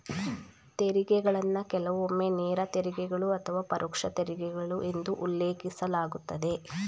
ತೆರಿಗೆಗಳನ್ನ ಕೆಲವೊಮ್ಮೆ ನೇರ ತೆರಿಗೆಗಳು ಅಥವಾ ಪರೋಕ್ಷ ತೆರಿಗೆಗಳು ಎಂದು ಉಲ್ಲೇಖಿಸಲಾಗುತ್ತದೆ